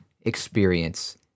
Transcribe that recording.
experience